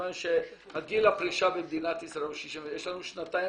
שמכיוון שגיל הפרישה במדינת ישראל הוא 67 יש לנו פה שנתיים